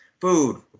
Food